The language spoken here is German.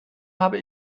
habe